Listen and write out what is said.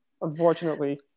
unfortunately